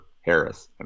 Harris